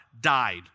Died